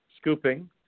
scooping